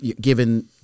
given